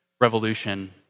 revolution